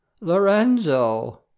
Lorenzo